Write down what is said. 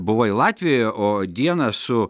buvai latvijoje o dieną su